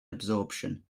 absorption